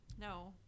No